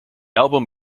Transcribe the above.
album